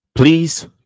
Please